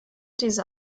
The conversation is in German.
diese